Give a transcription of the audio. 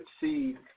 see